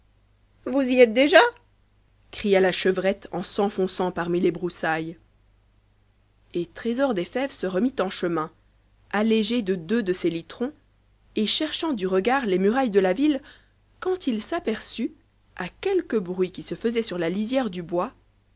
vous y êtes dé a cria la chevrette en s'enfonçant parmi les broussailles et trésor des fèves se remit en chemin allégé de deux de ses litrons et cherchant du regard les murailles de la ville quand il s'aperçut à quelque bruit qui se faisait sur la lisière du bois